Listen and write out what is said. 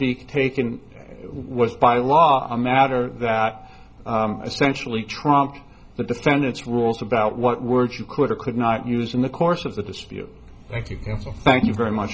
be taken was by law a matter that essentially trumped the defendant's rules about what words you could or could not use in the course of the dispute thank you thank you very much